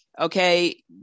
okay